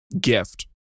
gift